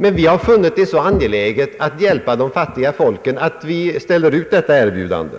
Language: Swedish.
Men vi har funnit det så angeläget att hjälpa de fattiga folken att vi gör detta erbjudande